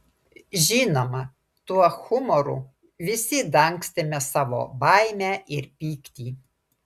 žinoma tuo humoru visi dangstėme savo baimę ir pyktį